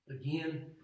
Again